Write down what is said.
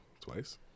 Twice